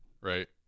right